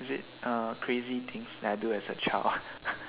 is it uh crazy things that I do as a child